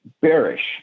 bearish